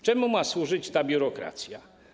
Czemu ma służyć ta biurokracja?